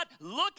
Look